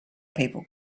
people